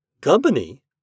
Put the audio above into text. Company